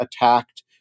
attacked